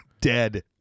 Dead